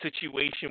situation